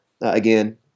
again